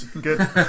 good